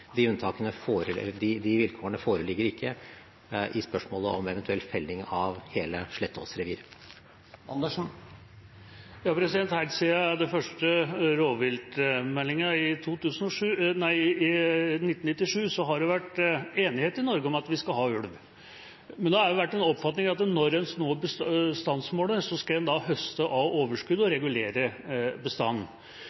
De vilkårene foreligger ikke i spørsmålet om eventuell felling av hele Slettås-reviret. Helt siden den første rovviltmeldinga i 1997 har det vært enighet i Norge om at vi skal ha ulv, men det har jo vært en oppfatning av at når en når bestandsmålet, skal en høste av overskuddet og